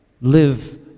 Live